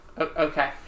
Okay